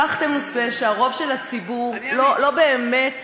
לקחתם נושא שהרוב של הציבור לא באמת,